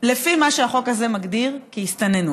לפי מה שהחוק הזה מגדיר כהסתננות.